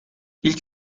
i̇lk